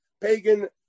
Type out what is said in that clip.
pagan